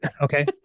Okay